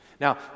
Now